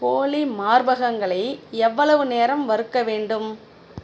கோழி மார்பகங்களை எவ்வளவு நேரம் வறுக்க வேண்டும்